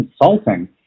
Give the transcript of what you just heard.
consulting